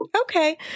Okay